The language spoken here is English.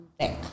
tech